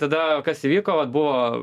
tada kas įvyko vat buvo